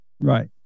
Right